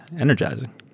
energizing